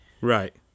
Right